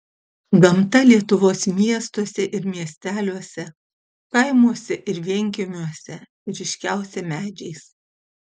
gamta lietuvos miestuose ir miesteliuose kaimuose ir vienkiemiuose ryškiausia medžiais